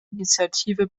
initiative